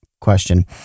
question